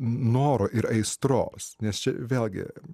noro ir aistros nes čia vėlgi